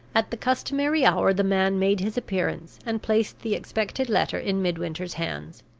at the customary hour the man made his appearance, and placed the expected letter in midwinter's hands.